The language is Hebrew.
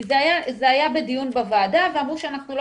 כי זה היה בדיון בוועדה ואמרו שאנחנו לא